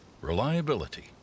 reliability